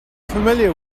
familiar